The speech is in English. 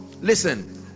listen